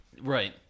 Right